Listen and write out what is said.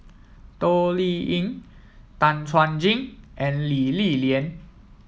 Toh Liying Tan Chuan Jin and Lee Li Lian